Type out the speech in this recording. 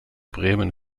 bremen